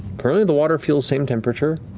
currently, the water feels same temperature.